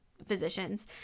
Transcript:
physicians